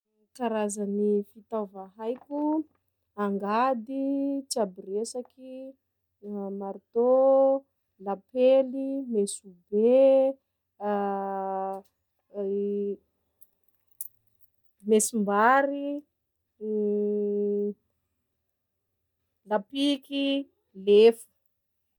Karazany fitaova haiko: angady, tsaboresaky, lohamarto, lapely, mesobe, mesom-bary, lapiky, lefo.